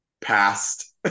past